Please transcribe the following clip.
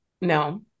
No